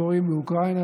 שקורים באוקראינה,